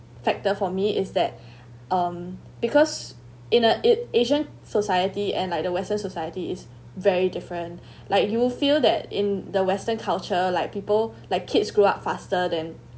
factor for me is that um because in a it asian society and like the western society is very different like you will feel that in the western culture like people like kids grow up faster than